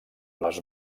les